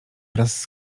wraz